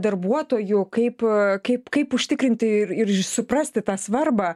darbuotojų kaip kaip kaip užtikrinti ir ir suprasti tą svarbą